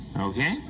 Okay